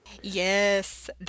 Yes